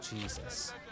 Jesus